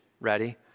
ready